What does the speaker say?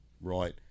right